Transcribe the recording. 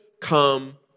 come